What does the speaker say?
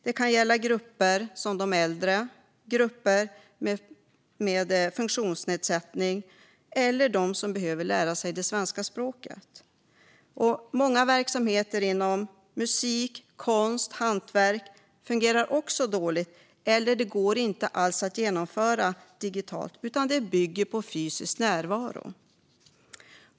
Det kan gälla grupper som de äldre, personer med funktionsnedsättning eller de som behöver lära sig det svenska språket. Många verksamheter inom musik, konst och hantverk fungerar också dåligt eller går inte alls att genomföra digitalt utan bygger på fysisk närvaro.